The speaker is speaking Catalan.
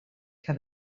que